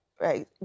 right